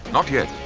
not yet.